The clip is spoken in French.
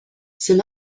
c’est